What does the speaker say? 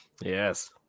Yes